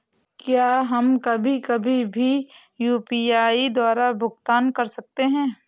क्या हम कभी कभी भी यू.पी.आई द्वारा भुगतान कर सकते हैं?